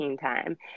time